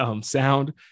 sound